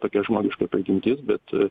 tokia žmogiška prigimtis bet